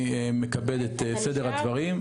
אני מקבל את סדר הדברים.